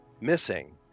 Missing